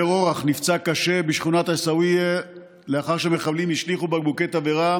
עובר אורח נפצע קשה בשכונת עיסאוויה לאחר שמחבלים השליכו בקבוקי תבערה